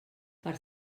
per